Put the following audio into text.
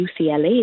UCLA